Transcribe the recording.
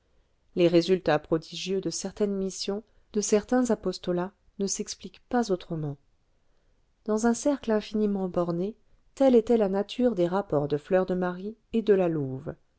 les résultats prodigieux de certaines missions de certains apostolats ne s'expliquent pas autrement dans un cercle infiniment borné telle était la nature des rapports de fleur de marie et de la louve